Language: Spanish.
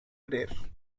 creer